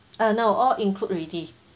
uh no all include already